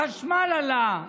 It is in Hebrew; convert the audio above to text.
החשמל עלה,